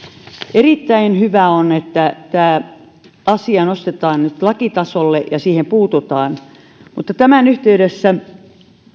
erittäin hyvä on että tämä asia nostetaan nyt lakitasolle ja siihen puututaan mutta tämän yhteydessä